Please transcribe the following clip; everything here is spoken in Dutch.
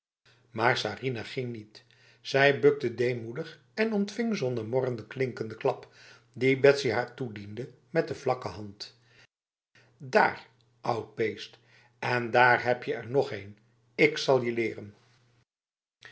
maar sarinah ging niet zij bukte deemoedig en ontving zonder morren de klinkende klap die betsy haar toediende met de vlakke hand daar oud beest en daar heb je er nog een ik zal je leren